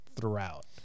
throughout